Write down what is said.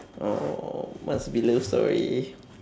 oh must be love story